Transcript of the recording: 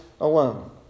alone